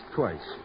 twice